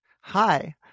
Hi